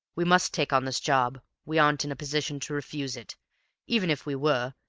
we must take on this job we aren't in a position to refuse it even if we were,